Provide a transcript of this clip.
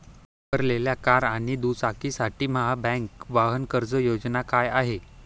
वापरलेल्या कार आणि दुचाकीसाठी महाबँक वाहन कर्ज योजना काय आहे?